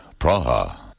Praha